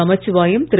Namachivayam Thiru